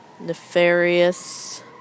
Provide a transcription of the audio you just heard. Nefarious